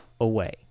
away